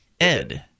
Ed